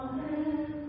Amen